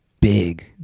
big